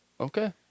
okay